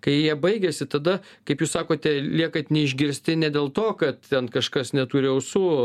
kai jie baigiasi tada kaip jūs sakote liekat neišgirsti ne dėl to kad ten kažkas neturi ausų